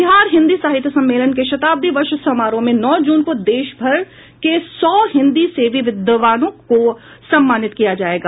बिहार हिन्दी साहित्य सम्मेलन के शतब्दी वर्ष समारोह में नौ जून को देशभर के सौ हिन्दीसेवी विद्वानों का सम्मान किया जायेगा